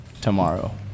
tomorrow